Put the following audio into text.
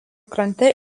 krante